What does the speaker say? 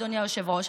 אדוני היושב-ראש,